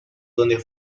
donde